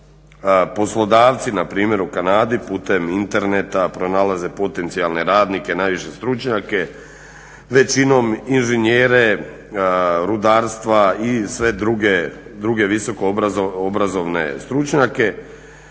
Poslodavci na primjer u Kanadi putem interneta pronalaze potencijalne radnike najviše stručnjake, većinom inženjere rudarstva i sve druge visoko obrazovne stručnjake.